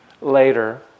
Later